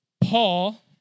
Paul